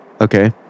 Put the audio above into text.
Okay